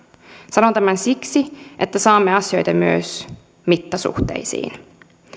sanon tämän siksi että saamme asioita myös mittasuhteisiin